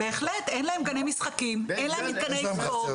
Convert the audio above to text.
בהחלט, אין להם גני משחקים, אין להם מתקני ספורט,